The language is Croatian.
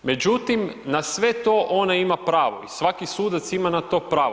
Međutim, na sve to ona ima pravo i svaki sudac ima na to pravo.